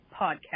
podcast